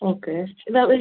okay ഇതാ ഒരു